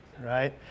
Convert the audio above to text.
right